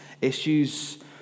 issues